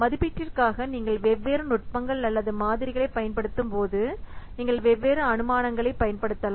மதிப்பீட்டிற்காக நீங்கள் வெவ்வேறு நுட்பங்கள் அல்லது மாதிரிகளைப் பயன்படுத்தும்போது நீங்கள் வெவ்வேறு அனுமானங்களைப் பயன்படுத்தலாம்